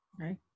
Right